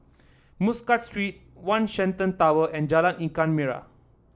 Muscat Street One Shenton Tower and Jalan Ikan Merah